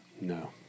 No